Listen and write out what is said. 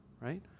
right